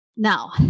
Now